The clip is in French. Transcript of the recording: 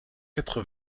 quatre